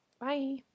Bye